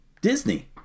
Disney